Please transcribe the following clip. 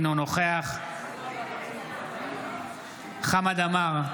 אינו נוכח חמד עמאר,